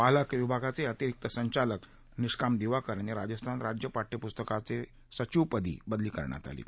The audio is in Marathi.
बालहक्क विभागाचे अतिरिक्त संचालक निष्काम दिवाकर यांची राजस्थान राज्य पाठयपुस्तकाचे सचिवपदी बदली करण्यात आली आहे